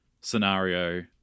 scenario